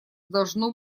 должно